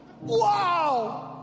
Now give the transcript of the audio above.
Wow